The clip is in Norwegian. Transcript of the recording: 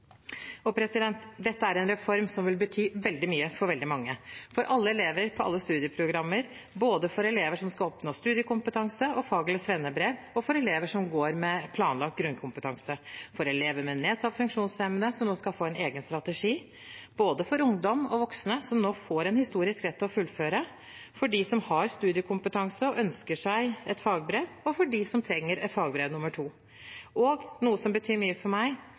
Dette er en reform som vil bety veldig mye for veldig mange – for alle elever på alle studieprogrammer, både for elever som skal oppnå studiekompetanse og fag- eller svennebrev, for elever som går mot planlagt grunnkompetanse, for elever med nedsatt funksjonsevne som nå skal få en egen strategi, for både ungdom og voksne som nå får en historisk rett til å fullføre, for dem som har studiekompetanse og ønsker seg et fagbrev, og for dem som trenger et fagbrev nummer to. Noe som betyr mye for meg,